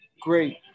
great